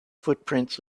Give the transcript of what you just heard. footprints